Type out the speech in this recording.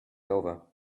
over